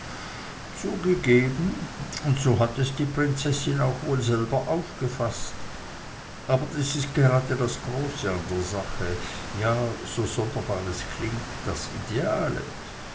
zugegeben und so hat es die prinzessin auch wohl selber aufgefaßt aber das ist gerade das große an der sache ja so sonderbar es klingt das ideale